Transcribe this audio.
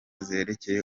zerekeye